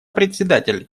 председатель